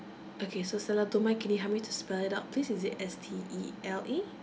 okay so stella don't mind can you help me to spell it out please is it S T E L A